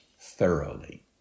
thoroughly